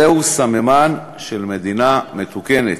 זהו סממן של מדינה מתוקנת.